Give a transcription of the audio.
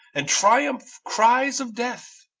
and triumph-cries of death.